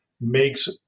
makes